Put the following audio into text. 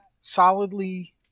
solidly